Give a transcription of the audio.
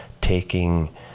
taking